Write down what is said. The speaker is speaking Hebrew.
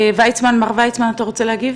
מר ויצמן, אתה רוצה להגיב?